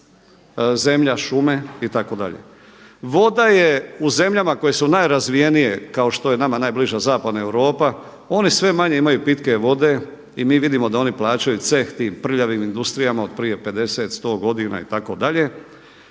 zemlja, šume itd. Voda je u zemljama koje su najrazvijenije kao što je nama najbliža Zapadna Europa oni sve manje imaju pitke vode i mi vidimo da oni plaćaju ceh tim prljavim industrijama od prije 50, 100 godina itd.